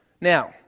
Now